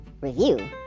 review